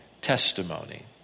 testimony